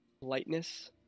lightness